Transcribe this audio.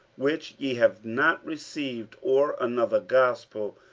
which ye have not received, or another gospel,